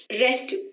rest